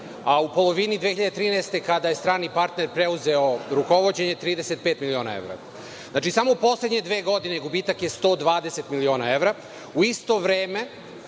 a u polovini 2013. godine kada je strani partner preuzeo rukovođenje 35 miliona evra. Znači samo u poslednje dve godine gubitak je 120 miliona evra. U isto vreme